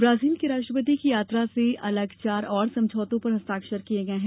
Brazil की राष्ट्रपति की यात्रा से अलग चार और समझौतों पर हस्ताक्षर किये गये हैं